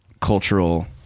cultural